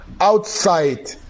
outside